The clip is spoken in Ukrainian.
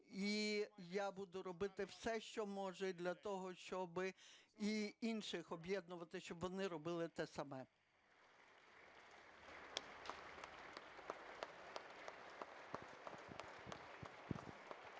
я буду робити все, що можу для того, щоб і інших об'єднувати, щоб вони робили те саме.